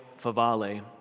Favale